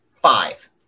five